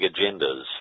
agendas